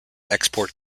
export